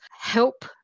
help